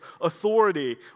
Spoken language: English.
authority